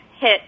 hit